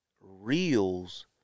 reels